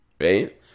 right